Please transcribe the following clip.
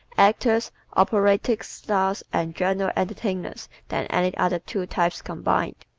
actors, operatic stars and general entertainers than any other two types combined.